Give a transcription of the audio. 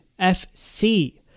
FC